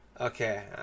okay